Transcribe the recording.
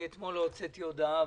אתמול לא הוצאתי הודעה,